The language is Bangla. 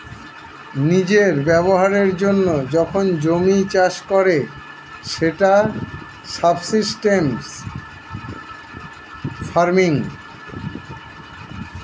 নিজের ব্যবহারের জন্য যখন জমি চাষ করে সেটা সাবসিস্টেন্স ফার্মিং